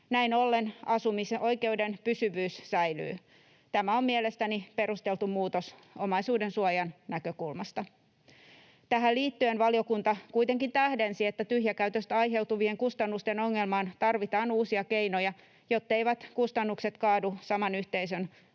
Näin ollen asumisoikeuden pysyvyys säilyy. Tämä on mielestäni perusteltu muutos omaisuudensuojan näkökulmasta. Tähän liittyen valiokunta kuitenkin tähdensi, että tyhjäkäytöstä aiheutuvien kustannusten ongelmaan tarvitaan uusia keinoja, jotteivät kustannukset kaadu saman yhteisön aso-asukkaiden